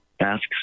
asks